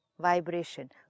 vibration